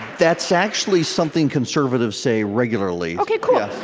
that's actually something conservatives say regularly ok, cool